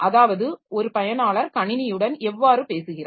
அதாவது ஒரு பயனாளர் கணினியுடன் எவ்வாறு பேசுகிறார்